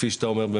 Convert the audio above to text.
כפי שאתה אומר,